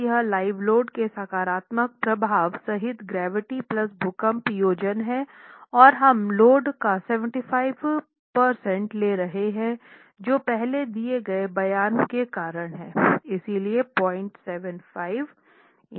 तो यह live load के सकारात्मक प्रभाव सहित ग्रैविटी प्लस भूकंप संयोजन है और हम लोड का 75 प्रतिशत ले रहे हैं जो पहले दिए गए बयान के कारण हैं